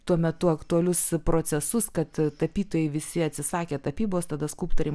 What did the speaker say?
tuo metu aktualius procesus kad tapytojai visi atsisakė tapybos tada skulptoriai